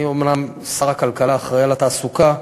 אומנם שר הכלכלה אחראי לתעסוקה,